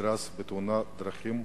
בתאונת דרכים,